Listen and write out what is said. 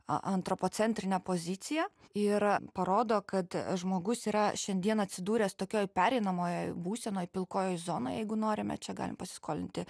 a antropocentrinę poziciją ir parodo kad žmogus yra šiandien atsidūręs tokioj pereinamojoj būsenoj pilkojoj zonoj jeigu norime čia galim pasiskolinti